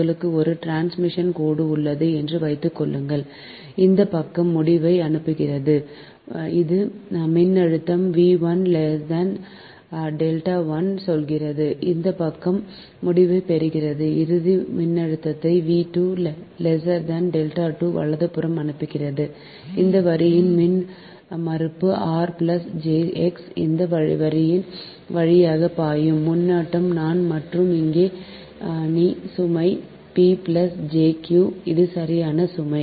உங்களிடம் ஒரு டிரான்ஸ்மிஷன் கோடு உள்ளது என்று வைத்துக்கொள்ளுங்கள் இந்த பக்கம் முடிவை அனுப்புகிறது இந்த மின்னழுத்தம் சொல்கிறது இந்த பக்கம் முடிவைப் பெறுகிறது இறுதி மின்னழுத்தத்தை வலதுபுறம் அனுப்புகிறது இந்த வரியின் மின்மறுப்பு r jx இந்த வரியின் வழியாக பாயும் மின்னோட்டம் நான் மற்றும் இங்கே நீ சுமை P j Q இது சரியான சுமை